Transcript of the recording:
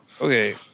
Okay